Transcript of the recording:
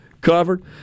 covered